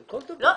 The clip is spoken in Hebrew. זה בכל דבר.